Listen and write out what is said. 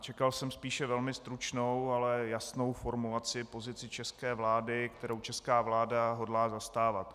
Čekal jsem spíše velmi stručnou, ale jasnou formulaci, pozici české vlády, kterou česká vláda hodlá zastávat.